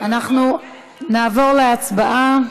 אנחנו נעבור להצבעה.